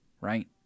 Right